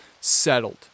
settled